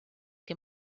que